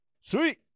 Sweet